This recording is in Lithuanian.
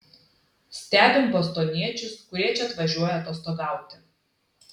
stebim bostoniečius kurie čia atvažiuoja atostogauti